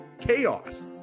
Chaos